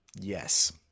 Yes